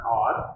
odd